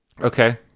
okay